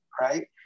right